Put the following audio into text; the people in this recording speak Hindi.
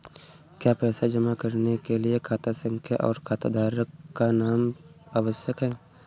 क्या पैसा जमा करने के लिए खाता संख्या और खाताधारकों का नाम आवश्यक है?